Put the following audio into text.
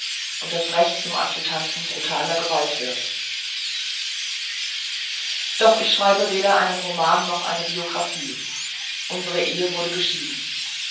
und das recht zum adjudanten brutaler gewalt wird doch ich schreibe weder einen roman noch eine biographie unsere ehe wurde geschieden